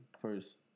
first